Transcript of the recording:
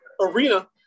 arena